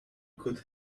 could